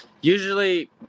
usually